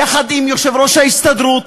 יחד עם יושב-ראש ההסתדרות,